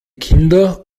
kinder